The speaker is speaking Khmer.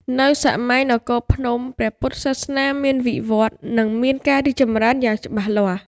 នៅសម័យនគរភ្នំ ព្រះពុទ្ធសាសនាមានវិវឌ្ឍន៍ និងការរីកចម្រើនយ៉ាងច្បាស់លាស់ ។